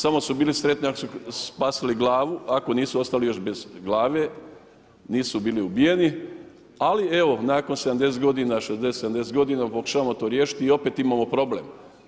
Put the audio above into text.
Samo su bili sretni ako su spasili glavu, ako nisu ostali još bez glave, nisu bili ubijeni, ali nakon 70 godina, 60-70 godina pokušavamo to riješiti i opet imamo problem.